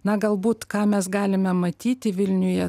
na galbūt ką mes galime matyti vilniuje